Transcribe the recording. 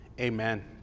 Amen